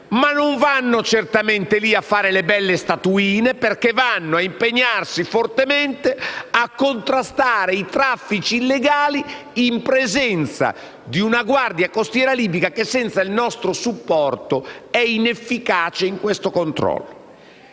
non vanno lì a fare le belle statuine, perché si impegnano fortemente a contrastare i traffici illegali, in presenza di una Guardia costiera libica che senza il nostro supporto è inefficace in questo controllo.